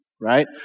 right